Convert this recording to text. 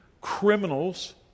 criminals